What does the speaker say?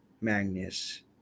Magnus